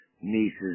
nieces